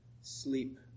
sleep